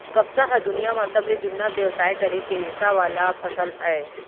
कपसा ह दुनियां म सबले जुन्ना बेवसाय करे के रेसा वाला फसल अय